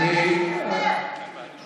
חברת הכנסת סטרוק.